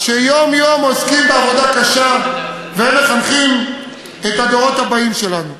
שיום-יום עוסקים בעבודה קשה ומחנכים את הדורות הבאים שלנו.